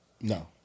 No